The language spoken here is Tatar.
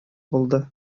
булды